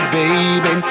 baby